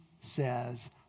says